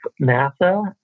NASA